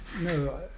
No